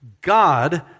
God